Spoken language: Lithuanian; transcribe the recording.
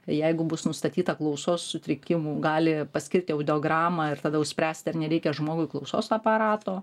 jeigu bus nustatyta klausos sutrikimų gali paskirti audiogramą ir tada jau spręsti ar nereikia žmogui klausos aparato